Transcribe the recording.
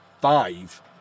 Five